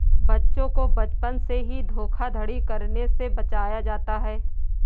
बच्चों को बचपन से ही धोखाधड़ी करने से बचाया जाता है